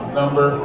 number